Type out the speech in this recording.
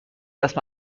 دست